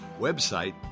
Website